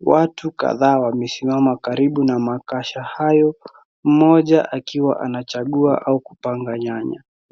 Watu kadhaa wamesimama karibu na makasha hayo mmoja akiwa anachagua au kupanga nyanya.